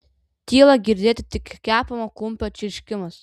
tyla girdėti tik kepamo kumpio čirškimas